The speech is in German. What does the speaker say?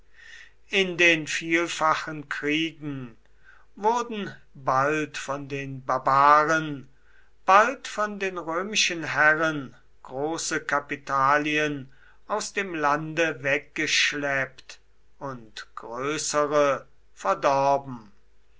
in den vielfachen kriegen wurden bald von den barbaren bald von den römischen heeren große kapitalien aus dem lande weggeschleppt und größere verdorben